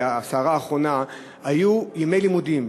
בסערה האחרונה היו ימי לימודים,